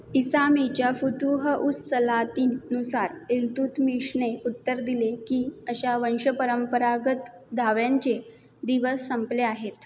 इसामीच्या फुतुह उस सलातीन नुसार इल्तुतमिशने उत्तर दिले की अशा वंशपरंपरागत दाव्यांचे दिवस संपले आहेत